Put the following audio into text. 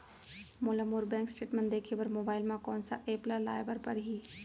मोला मोर bank statement देखे बर मोबाइल मा कोन सा एप ला लाए बर परही?